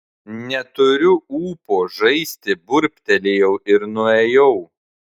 neturiu ūpo žaisti burbtelėjau ir nuėjau